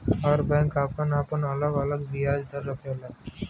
हर bank आपन आपन अलग अलग बियाज दर रखला